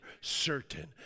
certain